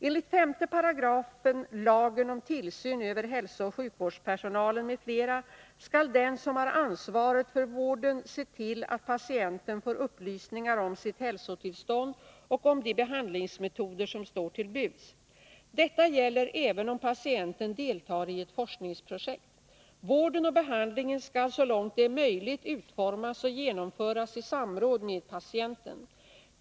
Enligt 5 § lagen om tillsyn över hälsooch sjukvårdspersonalen m.fl. skall den som har ansvaret för vården se till att patienten får upplysningar om sitt hälsotillstånd och om de behandlingsmetoder som står till buds. Detta gäller även om patienten deltar i ett forskningsprojekt. Vården och behandlingen skall så långt det är möjligt utformas och genomföras i samråd med patienten.